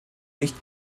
nicht